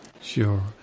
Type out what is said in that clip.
Sure